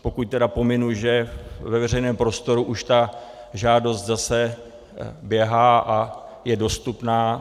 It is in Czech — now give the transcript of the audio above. Pokud tedy pominu, že ve veřejném prostoru už ta žádost zase běhá a je dostupná.